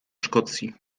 szkocji